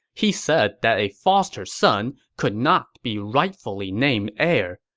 he said that a foster son could not be rightfully named heir.